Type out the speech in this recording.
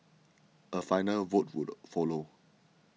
a final vote would follow